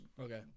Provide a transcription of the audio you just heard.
Okay